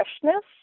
freshness